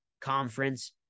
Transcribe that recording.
conference